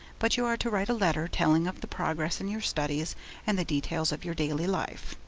but you are to write a letter telling of the progress in your studies and the details of your daily life.